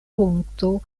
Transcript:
punkto